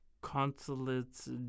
consulates